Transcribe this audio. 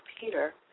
Peter